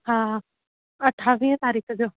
हा हा अठावीह तारीख़ जो